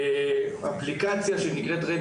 אפליקציה שנקראת:Red